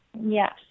Yes